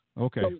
Okay